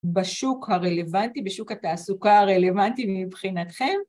בשוק הרלוונטי, בשוק התעסוקה הרלוונטי מבחינתכם